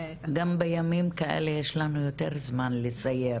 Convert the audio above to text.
גם בימים כאלה יש לנו יותר זמן לסייר.